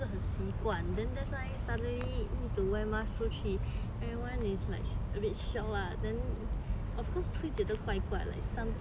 need to wear mask 出去 everyone is like a bit shocked lah then of course 会觉得怪怪的 something out on your face then 你会不知